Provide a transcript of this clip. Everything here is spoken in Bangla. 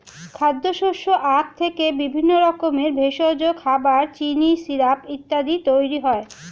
খাদ্যশস্য আখ থেকে বিভিন্ন রকমের ভেষজ, খাবার, চিনি, সিরাপ ইত্যাদি তৈরি হয়